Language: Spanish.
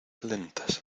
lentas